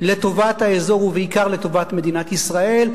לטובת האזור ובעיקר לטובת מדינת ישראל,